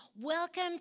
welcome